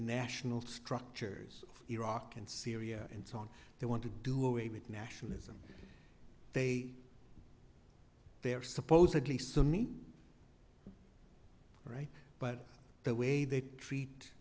national structures of iraq and syria and so on they want to do away with nationalism they they are supposedly sunni right but the way they treat